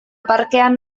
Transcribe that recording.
parkean